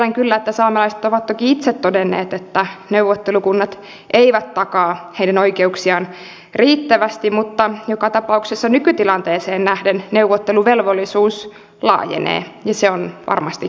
tiedän kyllä että saamelaiset ovat toki itse todenneet että neuvottelukunnat eivät takaa heidän oikeuksiaan riittävästi mutta joka tapauksessa nykytilanteeseen nähden neuvotteluvelvollisuus laajenee ja se on varmastikin hyvä asia